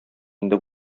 инде